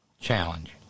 challenge